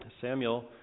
Samuel